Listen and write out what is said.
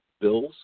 bills